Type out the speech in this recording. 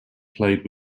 played